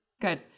Good